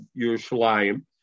Yerushalayim